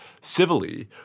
civilly